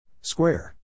Square